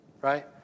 right